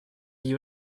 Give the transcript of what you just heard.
you